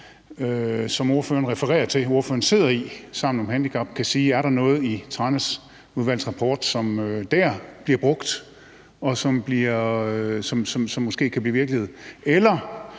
som ordføreren refererer til og ordføreren sidder i, Sammen om handicap, kan sige, om der er noget i Tranæsudvalgets rapport, som bliver brugt og måske kan blive til virkelighed, eller